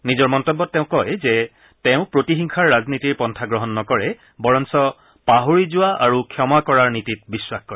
নিজৰ মন্তব্যত তেওঁ কয় যে তেওঁ প্ৰতিহিংসাৰ ৰাজনীতিৰ পন্থা গ্ৰহণ নকৰে বৰঞ্চ তেওঁ পাহৰি যোৱা আৰু ক্ষমা কৰাৰ নীতিত বিশ্বাস কৰে